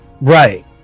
Right